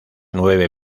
nueve